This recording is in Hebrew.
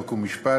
חוק ומשפט,